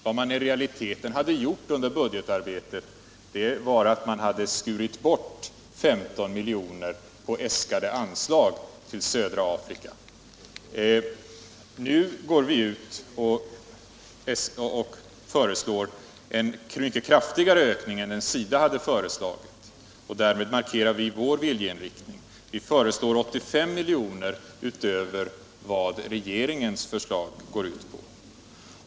Vad man i realiteten hade gjort under budgetarbetet var att man skurit bort 15 miljoner från äskade anslag till södra Afrika. Nu föreslår vi en mycket kraftigare ökning än den SIDA hade föreslagit. Därmed markerar vi vår viljeinriktning. Vi föreslår 85 miljoner utöver regeringens förslag.